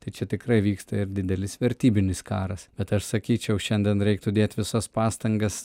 tai čia tikrai vyksta ir didelis vertybinis karas bet aš sakyčiau šiandien reiktų dėt visas pastangas